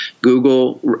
Google